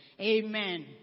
Amen